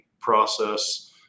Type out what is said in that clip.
process